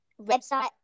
website